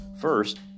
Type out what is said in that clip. First